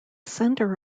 center